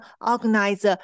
organize